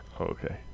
Okay